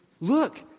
look